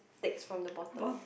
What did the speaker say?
takes from the bottom